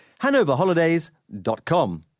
hanoverholidays.com